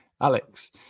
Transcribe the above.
Alex